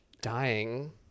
dying